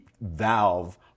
valve